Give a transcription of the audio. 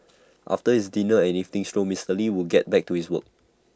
after his dinner and evening stroll Mister lee would get back to his work